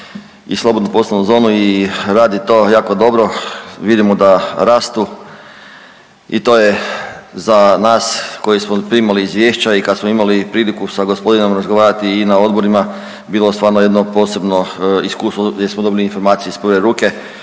i slobodnu poslovnu zonu i radi to jako dobro, vidimo da rastu i to je za nas koji smo primali izvješća i kad smo imali priliku sa gospodinom razgovarati i na odborima bilo stvarno jedno posebno iskustvo gdje smo dobili informacije iz prve ruke